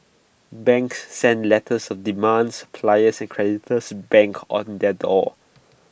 banks sent letters of demand suppliers and creditors banged on their door